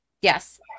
Yes